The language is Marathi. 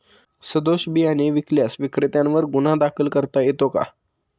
सदोष बियाणे विकल्यास विक्रेत्यांवर गुन्हा दाखल करता येतो का?